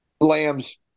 lambs